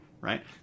right